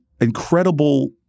incredible